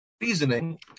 Reasoning